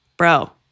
bro